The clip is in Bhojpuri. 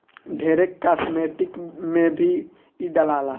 ढेरे कास्मेटिक में भी इ डलाला